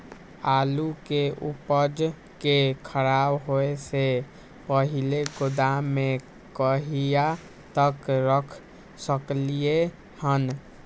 आलु के उपज के खराब होय से पहिले गोदाम में कहिया तक रख सकलिये हन?